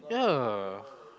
yeah